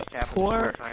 poor